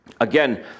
Again